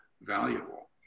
valuable